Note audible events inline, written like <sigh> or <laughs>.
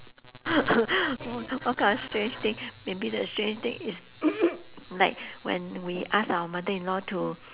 <laughs> wha~ what kind of strange thing maybe the strange thing is <coughs> like when we ask our mother in law to